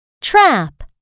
Trap